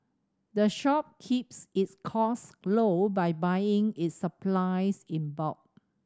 the shop keeps its cost low by buying its supplies in bulk